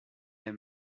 est